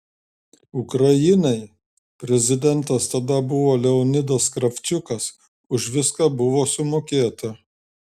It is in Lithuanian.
ukrainai prezidentas tada buvo leonidas kravčiukas už viską buvo sumokėta